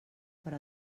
per